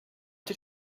did